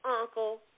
uncle